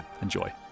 Enjoy